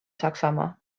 saksamaa